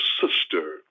sister